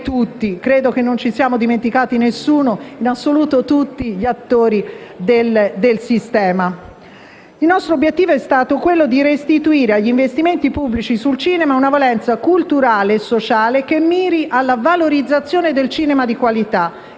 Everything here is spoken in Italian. Il nostro obiettivo è stato quello di restituire agli investimenti pubblici sul cinema una valenza culturale e sociale che miri alla valorizzazione del cinema di qualità